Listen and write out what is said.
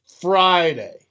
Friday